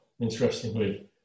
interestingly